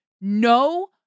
no